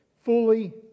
Fully